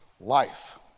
life